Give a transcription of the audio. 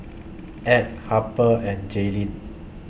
Add Harper and Jaylin